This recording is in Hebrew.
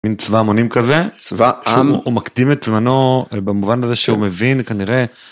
מין צבא המונים כזה צבא עם הוא מקדים את זמנו במובן הזה שהוא מבין כנראה